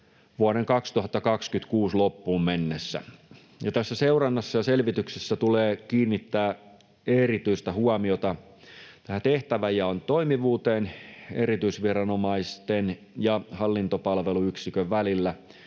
vuoden 2026 loppuun mennessä. Tässä seurannassa ja selvityksessä tulee kiinnittää erityistä huomiota tehtävänjaon toimivuuteen erityisviranomaisten ja hallintopalveluyksikön välillä,